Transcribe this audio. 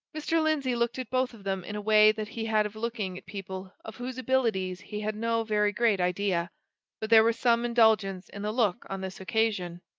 mr. lindsey looked at both of them in a way that he had of looking at people of whose abilities he had no very great idea but there was some indulgence in the look on this occasion.